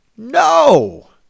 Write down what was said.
No